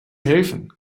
helfen